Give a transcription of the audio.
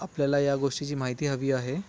आपल्याला या गोष्टीची माहिती हवी आहे